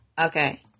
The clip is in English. Okay